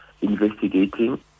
investigating